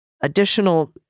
additional